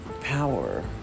power